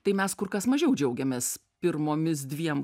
tai mes kur kas mažiau džiaugėmės pirmomis dviem